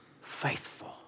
faithful